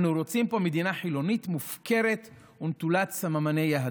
אנו רוצים פה מדינה חילונית מופקרת ונטולת סממני יהדות.